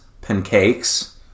pancakes